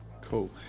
Cool